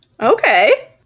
Okay